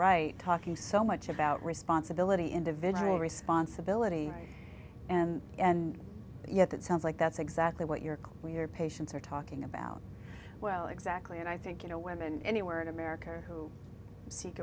right talking so much about responsibility individual responsibility and and yet it sounds like that's exactly what you're clear patients are talking about well exactly and i think you know women anywhere in america who seek